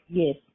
yes